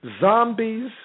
Zombies